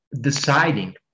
deciding